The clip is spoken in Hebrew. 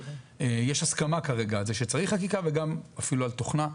יש הסכמה כרגע על זה שצריך חקיקה וגם אפילו על תוכנה,